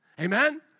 Amen